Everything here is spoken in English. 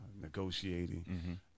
negotiating